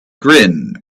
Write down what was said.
grin